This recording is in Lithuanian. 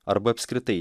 arba apskritai